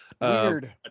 Weird